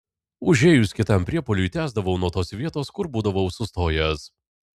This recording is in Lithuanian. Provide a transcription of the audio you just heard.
užėjus kitam priepuoliui tęsdavau nuo tos vietos kur būdavau sustojęs